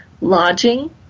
lodging